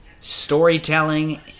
Storytelling